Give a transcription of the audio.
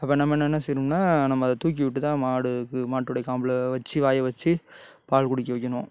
அப்போ நம்ம என்ன என்ன செய்யணும்னா நம்ம அதை தூக்கி விட்டு தான் மாடுக்கு மாட்டோட காம்பில வச்சி வாயை வச்சி பால் குடிக்க வைக்கிணும்